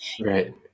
Right